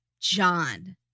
John